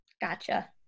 gotcha